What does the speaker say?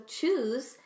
choose